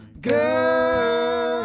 girl